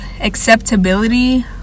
acceptability